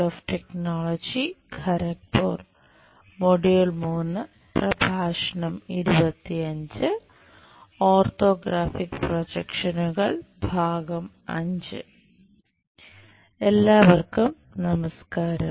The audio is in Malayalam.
ഓർത്തോഗ്രാഫിക് പ്രൊജക്ഷനുകൾ I എല്ലാവർക്കും നമസ്ക്കാരം